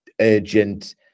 urgent